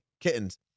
kittens